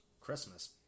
christmas